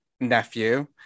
nephew